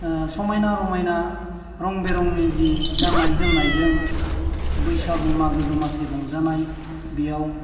समायना रमायना रं बिरंनि जि गाननाय जोमनायजों बैसागु मागो दमासि रंजानाय बेयाव